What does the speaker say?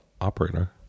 operator